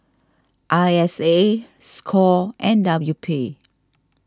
I S A Score and W P